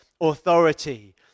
authority